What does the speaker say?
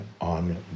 on